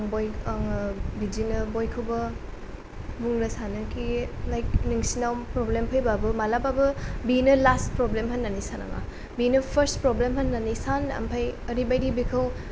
आङो बिदिनो बयखौबो बुंनो सानोखि लाइक नोंसिनाव प्रब्लेम फैब्लाबो माब्लाबो बिनो लास्ट प्रब्लेम होनना साननाङा बेनो फार्स्ट प्रब्लेम होननानै सान ओमफ्राय ओरैबायदि बेखौ